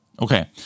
Okay